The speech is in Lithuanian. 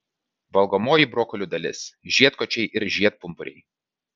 valgomoji brokolių dalis žiedkočiai ir žiedpumpuriai